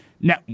now